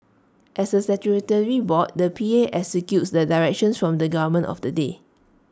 as A statutory board the P A executes the directions from the government of the day